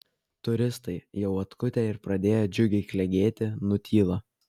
turistai jau atkutę ir pradėję džiugiai klegėti nutyla